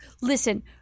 Listen